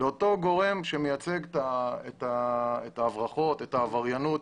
לאותו גורם שמייצג את ההברחות ואת העבריינות.